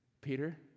Peter